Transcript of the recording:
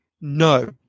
no